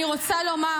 אני רוצה לומר,